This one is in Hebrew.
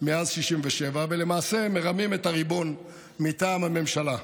מאז 67', ולמעשה מרמים את הריבון מטעם הממשלה,